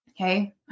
okay